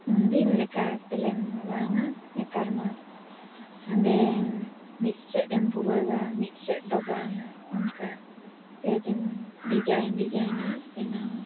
ᱩᱱᱫᱤᱱ ᱞᱮᱠᱟ ᱯᱮᱞᱮᱱ ᱢᱟ ᱵᱟᱝᱼᱟ ᱱᱮᱛᱟᱨ ᱢᱟ ᱦᱟᱸᱰᱮ ᱢᱤᱫ ᱥᱮᱫ ᱮᱢ ᱵᱩᱜᱟᱹᱜᱟ ᱢᱤᱫ ᱥᱮᱫ ᱫᱚ ᱵᱟᱝᱼᱟ ᱚᱱᱠᱟᱜᱮ ᱡᱮᱢᱚᱱ ᱰᱤᱡᱟᱭᱤᱱ ᱰᱤᱡᱟᱭᱤᱱᱮᱢ ᱵᱮᱱᱟᱣᱟ